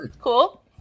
Cool